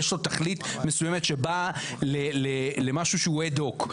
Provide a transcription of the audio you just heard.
יש לו תכלית מסוימת שבאה למשהו שהוא אד-הוק,